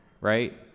right